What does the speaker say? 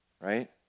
Right